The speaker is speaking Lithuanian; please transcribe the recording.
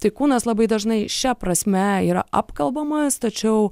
tai kūnas labai dažnai šia prasme yra apkalbamas tačiau